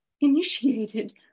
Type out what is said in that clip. initiated